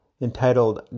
entitled